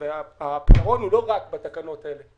הפתרון הוא לא רק בתקנות האלו,